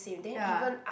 ya